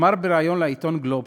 אמר בריאיון לעיתון "גלובס",